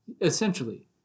essentially